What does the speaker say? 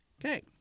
Okay